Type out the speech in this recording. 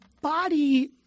body